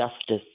justice